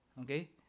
okay